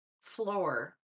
floor